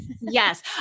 Yes